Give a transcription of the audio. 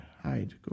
Hide